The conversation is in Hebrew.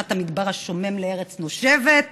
הפיכת המדבר השומם לארץ נושבת,